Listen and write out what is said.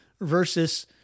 versus